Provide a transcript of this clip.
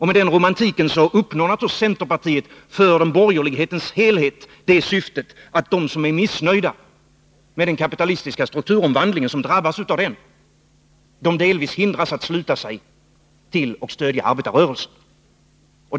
Med den romantiken uppnår naturligtvis centerpartiet för borgerlighetens helhet det syftet, att de som är missnöjda med den kapitalistiska strukturomvandlingen — och som drabbas av den — delvis hindras från att sluta sig till och stödja arbetarrörelsen.